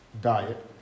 diet